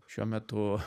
šiuo metu